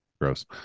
Gross